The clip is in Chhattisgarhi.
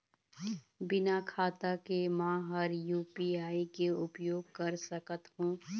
बिना खाता के म हर यू.पी.आई के उपयोग कर सकत हो?